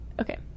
Okay